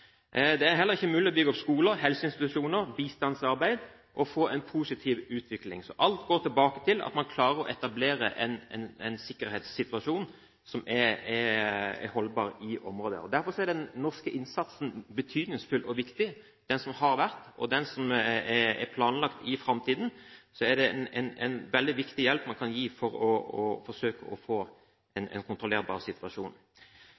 Det er heller ikke mulig å bygge opp skoler, helseinstitusjoner, bistandsarbeid eller få en positiv utvikling. Alt kan føres tilbake til at man klarer å etablere en sikkerhetssituasjon som er holdbar i området. Derfor er den norske innsatsen – den som har vært, og den som er planlagt i framtiden – betydningsfull og viktig, en veldig viktig hjelp man kan gi for å forsøke å få en kontrollerbar situasjon.